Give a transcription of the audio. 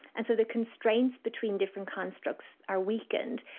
and so the constraints between different constructs are weakened,